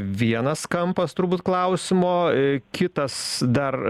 vienas kampas turbūt klausimo iii kitas dar